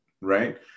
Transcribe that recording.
right